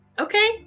Okay